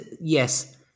yes